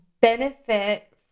benefit